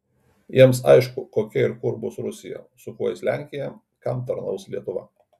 jiems aišku kokia ir kur bus rusija su kuo eis lenkija kam tarnaus lietuva